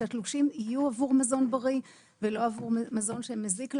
שהתלושים יהיו בעבור מזון בריא ולא בעבור מזון שמזיק לבריאות.